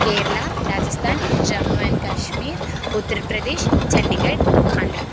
Kerala Rajasthan Jammu and Kashmir उत्तरप्रदेशः चण्डीगड् आन्ध्रः